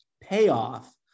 payoff